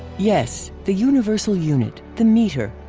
yes, the universal unit, the meter,